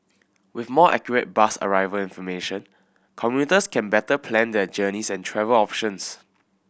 with more accurate bus arrival information commuters can better plan their journeys and travel options